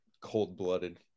cold-blooded